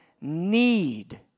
Need